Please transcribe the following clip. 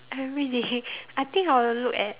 everyday I think I will look at